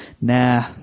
nah